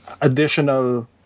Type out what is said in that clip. additional